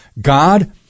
God